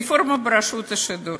הרפורמה ברשות השידור